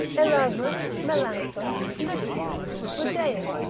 erasmus, melancthon, lipsius, budaeus,